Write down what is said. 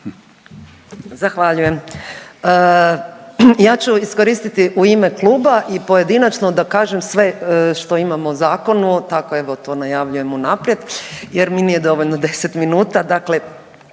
Zahvaljujem. Ja ću iskoristiti u ime kluba i pojedinačno da kažem sve što imam o zakonu tako evo to najavljujem u naprijed jer mi nije dovoljno 10 minuta.